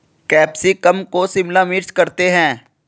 capsicum को शिमला मिर्च करते हैं